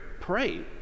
Pray